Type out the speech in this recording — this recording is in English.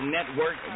Network